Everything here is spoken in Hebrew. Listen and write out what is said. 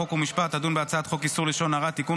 חוק ומשפט תדון בהצעת חוק איסור לשון הרע (תיקון,